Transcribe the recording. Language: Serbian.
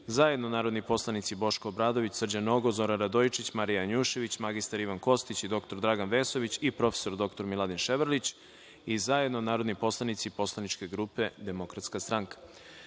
zajedno narodni poslanici Boško Obradović, Srđan Nogo, Zoran Radojičić, Marija Janjušević, mr Ivan Kostić, dr Dragan Vesović i prof. dr Miladin Ševarlić i zajedno narodni poslanici Poslaničke grupe Demokratska stranka. Reč